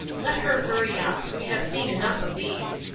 let her hurry up. we have seen enough of these.